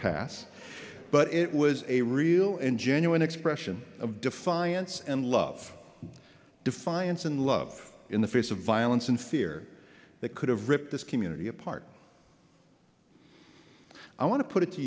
pass but it was a real and genuine expression of defiance and love defiance and love in the face of violence and fear that could have ripped this community apart i want to put it to